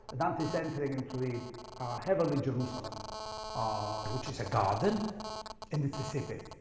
dante's entering into the heavenly jerusalem which is a garden and it's a city.